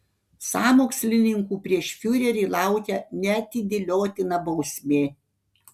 sąmokslininkų prieš fiurerį laukia neatidėliotina bausmė